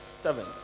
seven